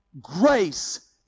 grace